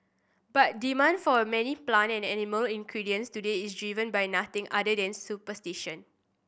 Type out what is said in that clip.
but demand for many plant and animal ingredients today is by nothing other than superstition